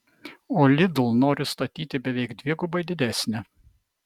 o lidl nori statyti beveik dvigubai didesnę